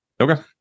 Okay